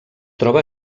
troba